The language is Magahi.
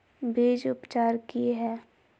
बीज उपचार कि हैय?